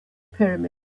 pyramids